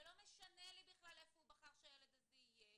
זה לא משנה לי בכלל איפה הוא בחר שהילד הזה יהיה,